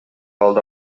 hauled